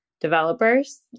developers